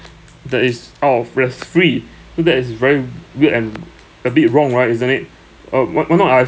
that is out of yes free so that is very we~ weird and a bit wrong right isn't it uh why why not I